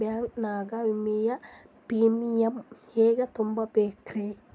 Bank ನಾಗ ವಿಮೆಯ premium ಹೆಂಗ್ ತುಂಬಾ ಬೇಕ್ರಿ?